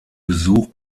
besuch